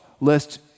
lest